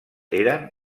eren